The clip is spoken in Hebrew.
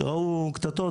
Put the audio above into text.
כשראו קטטות.